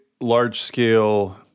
Large-scale